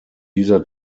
dieser